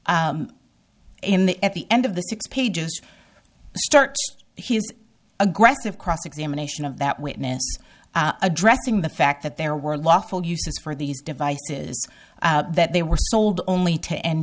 hawkins in the at the end of the six pages start his aggressive cross examination of that witness addressing the fact that there were lawful uses for these devices that they were sold only to end